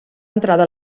entrada